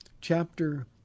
chapter